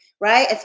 right